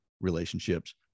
relationships